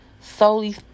solely